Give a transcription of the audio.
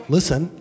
Listen